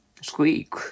squeak